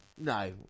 no